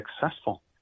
successful